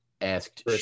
asked